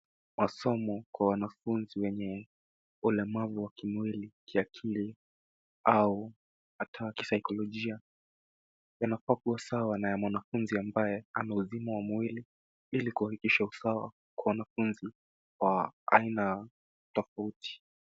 Masomo kwa wanafunzi wenye ulemavu wa kimwili, kiakili au kisaikolojia yanafaa kuwa sawa na ya mwanafunzi ambaye ana uzima wa mwili ili kuhakikisha usawa kwa wanafunzi aina tofauti.